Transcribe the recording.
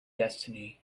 destiny